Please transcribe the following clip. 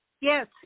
Yes